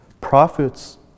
Prophets